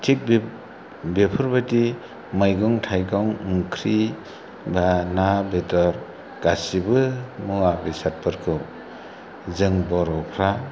थिग बे बेफोरबायदि मैगं थायगं ओंख्रि बा ना बेदर गासिबो मुवा बेसादफोरखौ जों बर'फ्रा